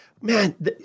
man